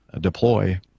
deploy